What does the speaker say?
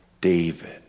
David